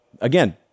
Again